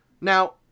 Now